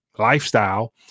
lifestyle